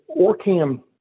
OrCam